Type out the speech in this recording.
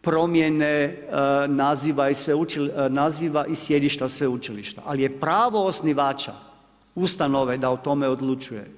promjene naziva i sjedišta sveučilišta, ali je pravo osnivača ustanove da o tome odlučuje.